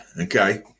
Okay